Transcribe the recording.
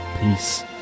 Peace